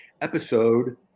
episode